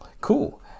cool